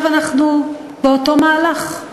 היום אנחנו עומדים 12 שנה אחרי,